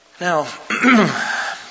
Now